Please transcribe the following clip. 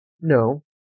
no